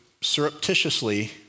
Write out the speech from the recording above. surreptitiously